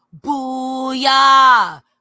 Booyah